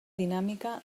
dinàmica